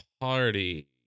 party